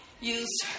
use